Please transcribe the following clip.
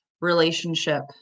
relationship